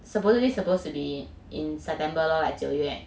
supposedly supposed to be in september like 九月